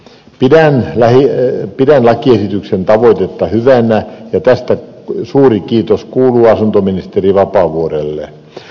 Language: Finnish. pidän lakiesityksen tavoitetta hyvänä ja tästä suuri kiitos kuuluu asuntoministeri vapaavuorelle